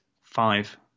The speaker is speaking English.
five